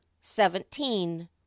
seventeen